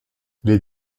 les